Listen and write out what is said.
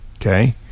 okay